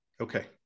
Okay